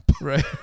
Right